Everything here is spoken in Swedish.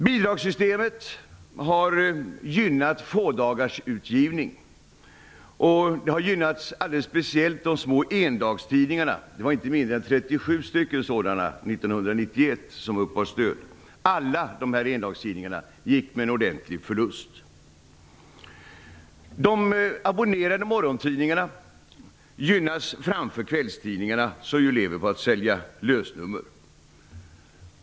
Bidragssystemet har gynnat fådagarsutgivning. Det har alldeles speciellt gynnat de små endagstidningarna. Det var inte mindre än 37 sådana som uppbar stöd år 1991. Alla dessa endagstidningar gick med en ordentlig förlust. De abonnerade morgontidningarna gynnas framför kvällstidningarna, som ju lever på att sälja lösnummer.